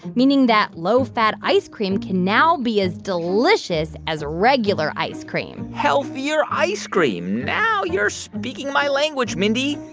meaning that low-fat ice cream can now be as delicious as regular ice cream healthier ice cream. now you're speaking my language, mindy.